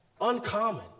uncommon